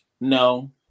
No